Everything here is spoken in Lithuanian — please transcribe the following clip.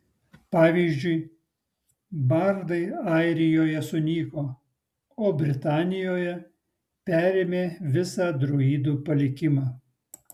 pavyzdžiui bardai airijoje sunyko o britanijoje perėmė visą druidų palikimą